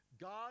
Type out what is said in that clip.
God